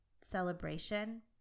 celebration